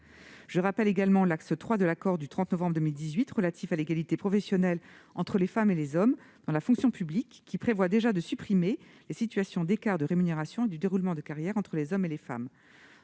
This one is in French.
Je rappelle également que l'axe 3 de l'accord du 30 novembre 2018 relatif à l'égalité professionnelle entre les femmes et les hommes dans la fonction publique prévoit déjà de supprimer les situations d'écarts de rémunération et de déroulement de carrière entre les hommes et les femmes.